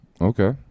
Okay